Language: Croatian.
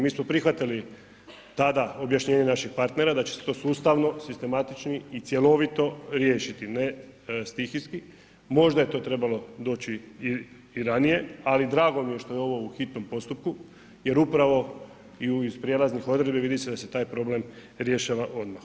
Mi smo prihvatili tada objašnjenje naših partnera da će se to sustavno sistematično i cjelovito riješiti, ne stihijski, možda je to trebalo doći i ranije ali drago mi je što je ovo u hitnom postupku jer upravo iz prijelaznih odredbi vidi se da se taj problem rješava odmah.